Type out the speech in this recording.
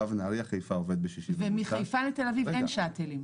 קו נהרייה חיפה גם עובד בשישי ובמוצ"ש --- מחיפה לתל אביב אין שאטלים.